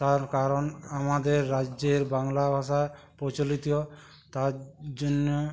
তার কারণ আমাদের রাজ্যের বাংলা ভাষা প্রচলিত তার জন্যে